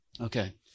Okay